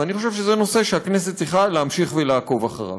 ואני חושב שזה נושא שהכנסת צריכה להמשיך ולעקוב אחריו.